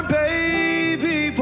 baby